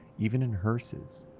even in hearses.